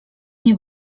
nie